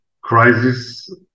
crisis